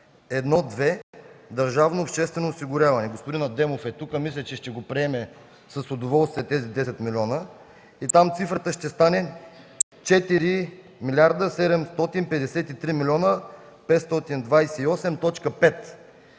1.2 „Държавно обществено осигуряване”. Господин Адемов е тук, и мисля, че ще приеме с удоволствие тези 10 милиона. Там цифрата ще стане 4 млрд. 753 млн. 528.5 лв.